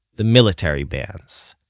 the military bands.